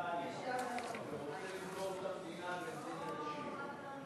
אתם רוצים למכור את המדינה בנזיד עדשים.